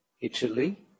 Italy